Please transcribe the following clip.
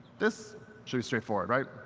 this should be straightforward. right?